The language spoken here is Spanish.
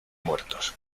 muertos